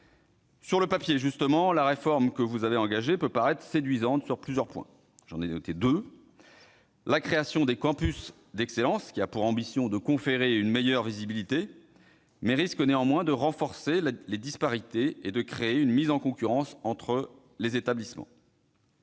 Sur le papier, justement, la réforme que vous avez engagée peut paraître séduisante sur plusieurs points. J'en ai noté deux : tout d'abord, la création des campus d'excellence a pour ambition de conférer une meilleure visibilité, même si elle risque de renforcer les disparités et de créer une mise en concurrence entre les établissements